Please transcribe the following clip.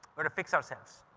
but to fix ourselves.